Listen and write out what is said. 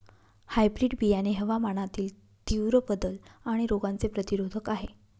hybrid बियाणे हवामानातील तीव्र बदल आणि रोगांचे प्रतिरोधक आहे